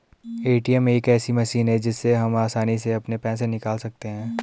ATM एक ऐसी machine है जिससे हम आसानी से अपने पैसे निकाल सकते हैं